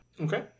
Okay